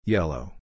Yellow